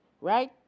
right